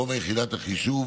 גובה יחידת החישוב